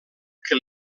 que